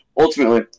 ultimately